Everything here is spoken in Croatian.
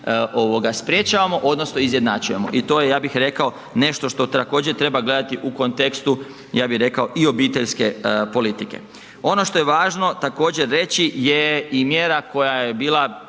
sprječavamo odnosno izjednačujemo i to je, ja bih rekao nešto što također treba gledati u kontekstu, ja bih rekao i obiteljske politike. Ono što je važno također, reći je i mjera koja je bila